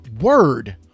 word